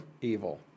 evil